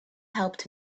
helped